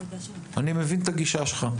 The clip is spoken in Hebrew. אני מבין את הגישה שלך.